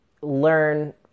learn